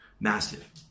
Massive